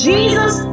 Jesus